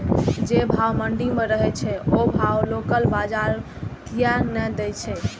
जे भाव मंडी में रहे छै ओ भाव लोकल बजार कीयेक ने दै छै?